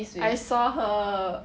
I saw her